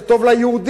אלא שזה טוב ליהודים,